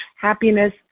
happiness